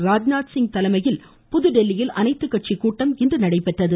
ராஜ்நாத்சிங் தலைமையில் புதுதில்லியில் அனைத்துக்கட்சி கூட்டம் இன்று நடைபெற்றது